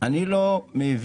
אני לא מבין.